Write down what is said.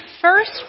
first